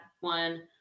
one